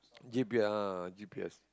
G P ah g_p_s